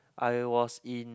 I was in